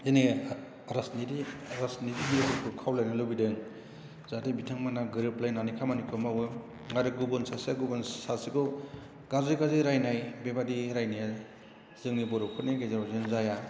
जोंनि राजनिथि राजनिथिगिरिफोरखौ खावलायनो लुबैदों जाहाथे बिथांमोना गोरोबलायनानै खामानिखौ मावयो आरो गुबुन सासेआ गुबुन सासेखौ गाज्रि गाज्रि रायनाय बेबायदि रायनाया जोंनि बर'फोरनि गेजेराव जाया